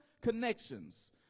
connections